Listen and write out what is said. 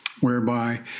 whereby